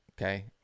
okay